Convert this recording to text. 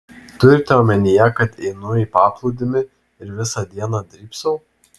turite omenyje kad einu į paplūdimį ir visą dieną drybsau